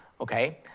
okay